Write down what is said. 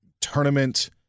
tournament